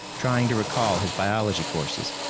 trying to recall his biology courses.